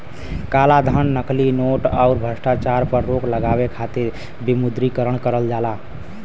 कालाधन, नकली नोट, आउर भ्रष्टाचार पर रोक लगावे खातिर विमुद्रीकरण करल जाला